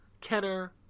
Kenner